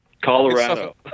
Colorado